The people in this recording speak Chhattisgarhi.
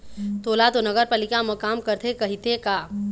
तोला तो नगरपालिका म काम करथे कहिथे का?